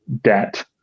debt